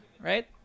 right